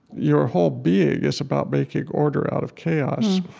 your whole being is about making order out of chaos.